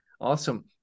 Awesome